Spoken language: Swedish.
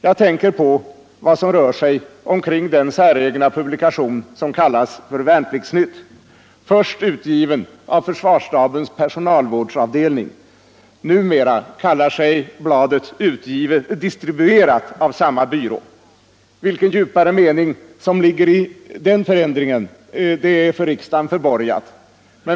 Jag tänker på den säregna publikation som kallas Värnpliktsnytt, först utgiven av försvarsstabens personalvårdsavdelning. Numera sägs bladet vara ”distribuerat” av samma byrå. Vilken djupare mening som ligger i den förändringen är för riksdagen förborgad.